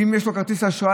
ואם יש לו כרטיס אשראי,